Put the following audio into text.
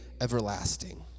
everlasting